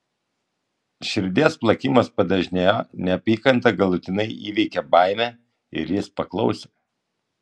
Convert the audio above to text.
širdies plakimas padažnėjo neapykanta galutinai įveikė baimę ir jis paklausė